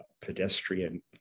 pedestrian